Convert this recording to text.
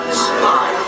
spy